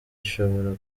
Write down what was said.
ishobora